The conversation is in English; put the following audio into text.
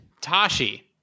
Tashi